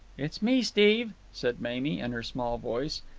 it's me, steve, said mamie in her small voice.